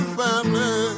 family